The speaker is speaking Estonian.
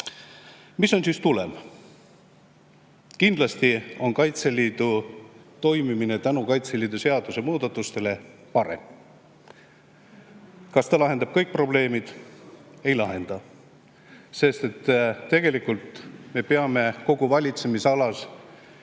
Mis on siis tulem? Kindlasti on Kaitseliidu toimimine tänu Kaitseliidu seaduse muudatustele parem. Kas see lahendab kõik probleemid? Ei lahenda. Tegelikult me peame kogu valitsemisalas